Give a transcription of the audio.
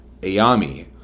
Ayami